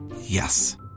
Yes